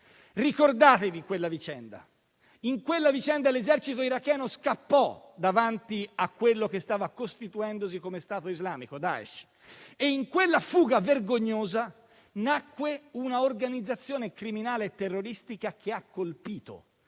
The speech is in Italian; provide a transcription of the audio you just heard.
Ricordatevi quella vicenda: allora l'esercito iracheno scappò davanti a quello che stava costituendosi come Stato islamico, Daesh, e in quella fuga vergognosa nacque una organizzazione criminale e terroristica che ha colpito